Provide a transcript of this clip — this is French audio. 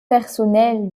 personnel